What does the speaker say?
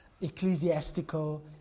ecclesiastical